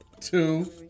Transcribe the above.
Two